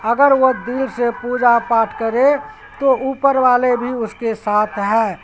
اگر وہ دل سے پوجا پاٹھ کرے تو اوپر والے بھی اس کے ساتھ ہے